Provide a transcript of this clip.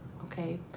Okay